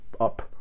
up